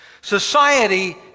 Society